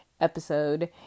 episode